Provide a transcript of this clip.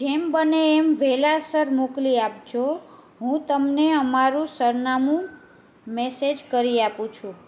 જેમ બને એમ વહેલાસર મોકલી આપજો હું તમને અમારું સરનામું મેસેજ કરી આપું છું